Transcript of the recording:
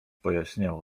pojaśniało